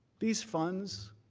these funds